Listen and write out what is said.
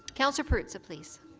councillor perruzza, please.